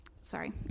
sorry